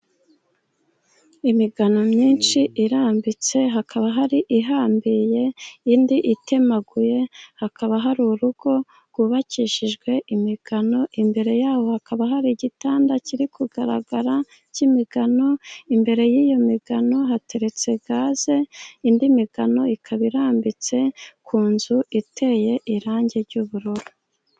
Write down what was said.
Imigano myinshi irambitse, hakaba hari ihambiriye, indi itemaguye, hakaba hari urugo rwubakishijwe imigano, imbere yaho hakaba hari igitanda kiri kugaragara k'imigano, imbere y'iyo migano hateretse gaze, indi migano ikaba irambitse ku nzu, iteye irangi ry'ubururu.